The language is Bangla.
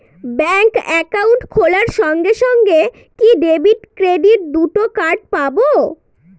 ব্যাংক অ্যাকাউন্ট খোলার সঙ্গে সঙ্গে কি ডেবিট ক্রেডিট দুটো কার্ড পাবো?